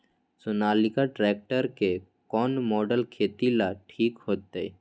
Sonalika tractor के कौन model खेती ला ठीक होतै?